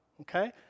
Okay